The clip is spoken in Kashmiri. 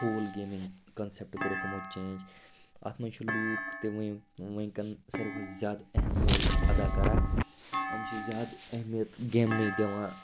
ہول گیمِنٛگ کَنسیٚپٹہٕ کوٚرُکھ یِمو چینٛج اَتھ منٛز چھِ لوٗکھ تہِ وُنۍ وُنٛکٮ۪ن سٲرِوٕے کھۄتہٕ زیادٕ اہم رول اَدا کَران یِم چھِ زیادٕ اہمیت گیمنٕے دِوان